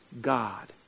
God